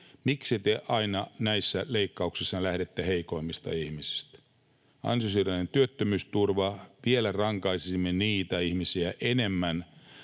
miksi te aina näissä leikkauksissanne lähdette heikoimmista ihmisistä. Ansiosidonnainen työttömyysturva — vielä enemmän rankaisisimme niitä ihmisiä,